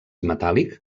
metàl·lic